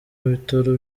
bitaro